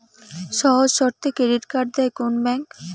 সহজ শর্তে credit card দেয় কোন ব্যাংক?